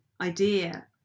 idea